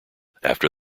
after